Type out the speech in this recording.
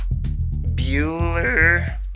Bueller